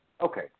Okay